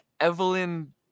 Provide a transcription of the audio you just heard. Evelyn